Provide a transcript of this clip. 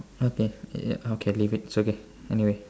okay uh okay leave it it's okay anyway